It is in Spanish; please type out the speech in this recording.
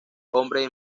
hombres